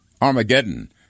Armageddon